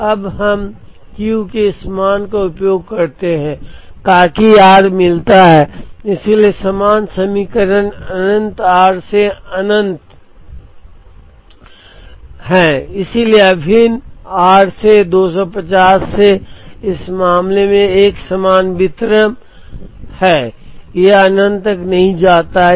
हम अब Q के इस मान का उपयोग करते हैं ताकि r मिलता है इसलिए समान समीकरण अनंत r से अनंत है इसलिए अभिन्न r से 250 से इस मामले में यह एक समान वितरण है यह अनंत तक नहीं जाता है